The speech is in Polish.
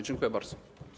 Dziękuję bardzo.